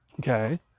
okay